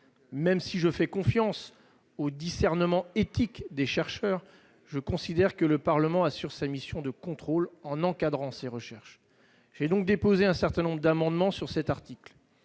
même si j'ai confiance dans le discernement éthique des chercheurs, je considère que le Parlement doit assurer sa mission de contrôle en encadrant ces recherches. J'ai donc déposé plusieurs amendements sur cet article.